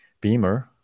Beamer